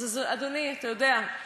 אדוני, אתה יודע,